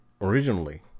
Originally